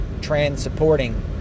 trans-supporting